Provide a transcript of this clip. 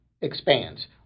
expands